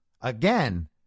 Again